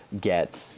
get